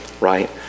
Right